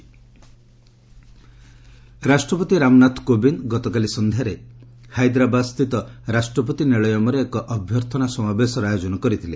president sojourn ରାଷ୍ଟ୍ରପତି ରାମନାଥ କୋବିନ୍ଦ ଗତକାଲି ସନ୍ଧ୍ୟାରେ ହାଇଦରାବାଦସ୍ତିତ ରାଷ୍ଟ୍ରପତି ନୀଳୟମ୍ରେ ଏକ ଅଭ୍ୟର୍ଥନା ସମାବେଶର ଆୟୋଜନ କରିଥିଲେ